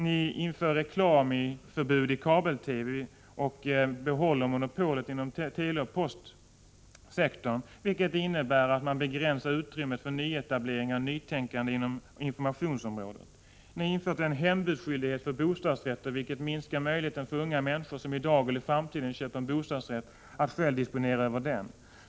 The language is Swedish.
Ni inför förbud för reklam i kabel-TV och behåller monopolet inom teleoch postsektorn, vilket innebär att utrymmet för nyetableringar och nytänkande inom informationsområdet begränsas. Ni har infört en hembudsskyldighet för bostadsrätter, vilket minskar möjligheten för unga människor som i dag eller i framtiden köper en bostadsrätt att själva disponera över den.